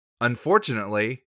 Unfortunately